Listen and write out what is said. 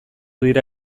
dira